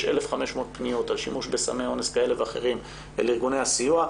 1,500 פניות על שימוש בסמי אונס כאלה ואחרים לארגוני הסיוע,